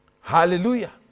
Hallelujah